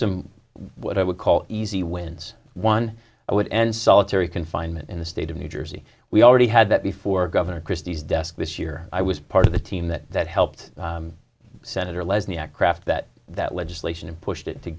some what i would call easy wins one i would end solitary confinement in the state of new jersey we already had that before governor christie's desk this year i was part of the team that that helped sen lesniak craft that that legislation and pushed it to